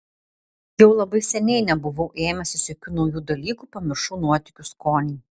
jau labai seniai nebuvau ėmęsis jokių naujų dalykų pamiršau nuotykių skonį